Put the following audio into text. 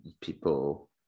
people